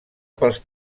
pels